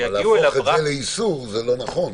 ויגיעו אליו רק --- להפוך את זה לאיסור זה לא נכון,